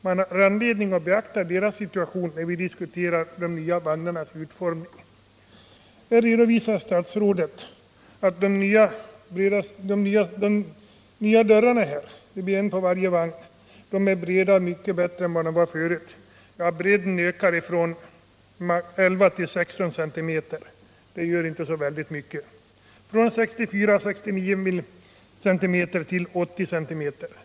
Man har anledning att beakta deras situation när de nya vagnarnas utformning diskuteras. Statsrådet sade att de nya dörrarna, det blir en dörr i varje vagn, blir breda och mycket bättre än de gamla. Bredden ökar bara 11-16 cm, dvs. från 64—69 cm till 80 cm.